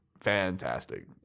fantastic